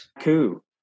Coup